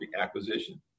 acquisition